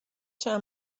چند